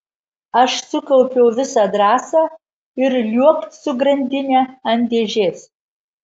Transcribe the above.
aš sukaupiau visą drąsą ir liuokt su grandine ant dėžės